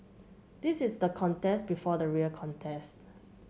this is the contest before the real contest